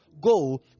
go